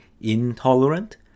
intolerant